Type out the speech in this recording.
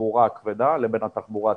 בתחבורה הכבדה לבין התחבורה הציבורית.